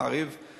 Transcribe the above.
ב"מעריב"